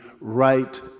right